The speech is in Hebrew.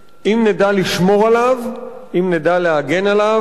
אם נדע לשמור עליו, אם נדע להגן עליו,